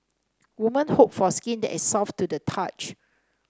women hope for skin that is soft to the touch